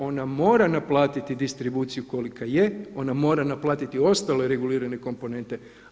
Ona mora naplatiti distribuciju kolika je, ona mora naplatiti ostale regulirane komponente.